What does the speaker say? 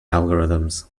algorithms